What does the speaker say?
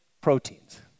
proteins